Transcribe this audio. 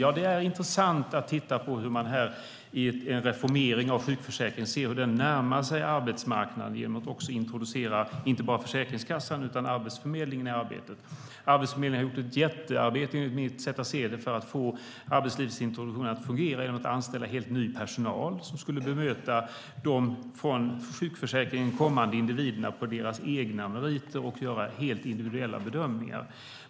Ja, det är intressant att se hur man i en reformering av sjukförsäkringen närmat sig arbetsmarknaden genom att introducera inte bara Försäkringskassan utan även Arbetsförmedlingen i arbetet. Arbetsförmedlingen har enligt mitt sätt att se det gjort ett jättearbete för att få arbetslivsintroduktionen att fungera genom att anställa helt ny personal för att möta de från sjukförsäkringen kommande individerna på deras egna meriter och göra helt individuella bedömningar.